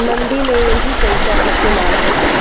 मंदी में यही पइसा इस्तेमाल होला